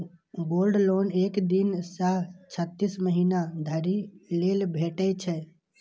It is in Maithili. गोल्ड लोन एक दिन सं छत्तीस महीना धरि लेल भेटै छै